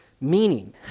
meaning